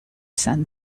sun